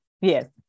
Yes